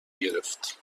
گرفت